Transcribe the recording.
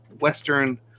western